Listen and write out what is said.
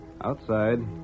Outside